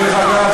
דרך אגב,